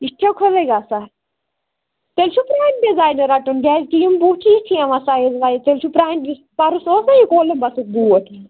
ییٚتہِ چھَےٚکھولٕے گَژھان تۄہہِ چھو پرون ڈِزایِن رَٹُن کیازکہِ یِم بوٗٹھ چھٕ یِتھی یِوان سَیِز وَیِز تُہۍ چھِو پرانہِ پَرُس اوسا یہٕ کولَمبَسُک بوٗٹھ